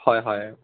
হয় হয়